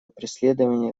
преследования